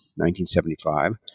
1975